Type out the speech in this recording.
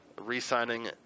re-signing